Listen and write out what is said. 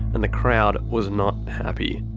and the crowd was not happy.